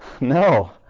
No